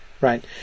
Right